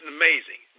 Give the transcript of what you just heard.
amazing